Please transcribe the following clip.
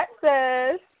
Texas